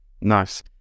nice